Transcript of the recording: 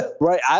Right